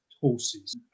horses